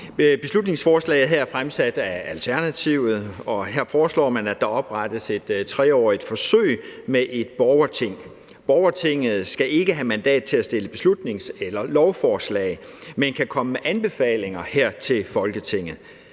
Beslutningsforslaget her er fremsat af Alternativet, og man foreslår, at der oprettes et 3-årigt forsøg med et borgerting. Borgertinget skal ikke have mandat til at fremsætte beslutnings- eller lovforslag, men kan komme med anbefalinger her til Folketinget.